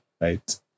right